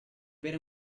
bere